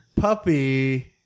puppy